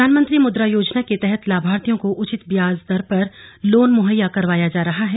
प्रधानमंत्री मुद्रा योजना के तहत लाभार्थियों को उचित ब्याज दर पर लोन मुहैया करवाया जा रहा है